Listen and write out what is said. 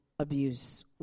abuse